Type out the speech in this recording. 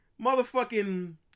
Motherfucking